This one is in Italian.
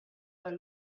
dal